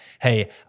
hey